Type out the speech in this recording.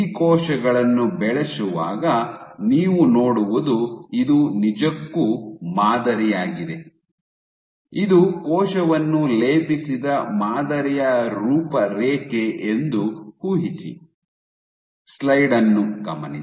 ಈ ಕೋಶಗಳನ್ನು ಬೆಳೆಸುವಾಗ ನೀವು ನೋಡುವುದು ಇದು ನಿಜಕ್ಕೂ ಮಾದರಿಯಾಗಿದೆ ಇದು ಕೋಶವನ್ನು ಲೇಪಿಸಿದ ಮಾದರಿಯ ರೂಪರೇಖೆ ಎಂದು ಊಹಿಸಿ